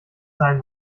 sein